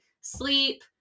sleep